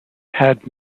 had